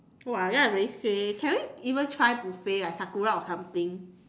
!wah! then I already say can we even try buffet like sakura or something